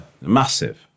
massive